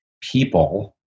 people